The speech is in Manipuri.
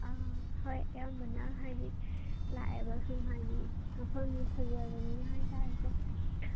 ꯍꯣꯏ ꯑꯌꯥꯝꯕꯅ ꯍꯥꯏꯗꯤ ꯂꯥꯛꯑꯦꯕ ꯁꯨꯝ ꯍꯥꯏꯗꯤ ꯃꯐꯝꯁꯦ ꯐꯖꯕꯅꯤꯅ ꯍꯥꯏꯕꯇꯥꯔꯦꯀꯣ